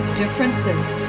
differences